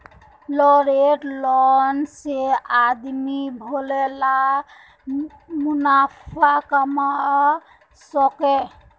leveraged loan से आदमी भले ला मुनाफ़ा कमवा सकोहो